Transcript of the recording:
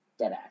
Deadass